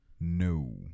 No